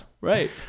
right